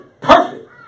perfect